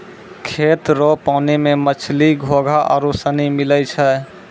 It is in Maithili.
खेत रो पानी मे मछली, घोंघा आरु सनी मिलै छै